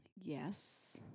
Yes